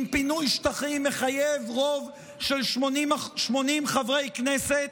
אם פינוי שטחים מחייב רוב של 80 חברי הכנסת,